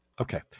Okay